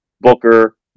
Booker